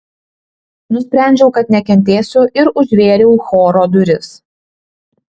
nusprendžiau kad nekentėsiu ir užvėriau choro duris